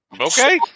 Okay